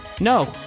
No